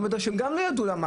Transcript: והם לא ידעו למה,